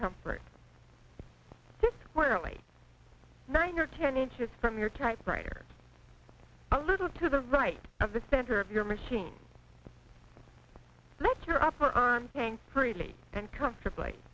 comfort warily nine or ten inches from your typewriter a little to the right of the center of your machine let your upper arm pain freely and comfortably